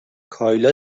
کایلا